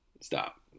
Stop